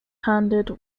handed